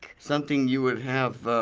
something you would have